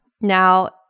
Now